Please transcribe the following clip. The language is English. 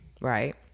Right